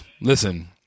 listen